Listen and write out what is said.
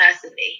personally